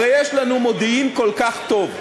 הרי יש לנו מודיעין כל כך טוב.